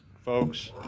folks